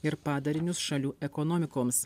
ir padarinius šalių ekonomikoms